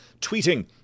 tweeting